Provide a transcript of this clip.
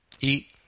Eat